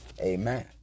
Amen